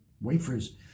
Wafers